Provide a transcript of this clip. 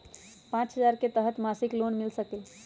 पाँच हजार के तहत मासिक लोन मिल सकील?